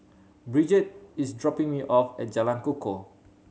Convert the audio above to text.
Bridget is dropping me off at Jalan Kukoh